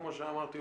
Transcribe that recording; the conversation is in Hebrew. כמו שאמרתי,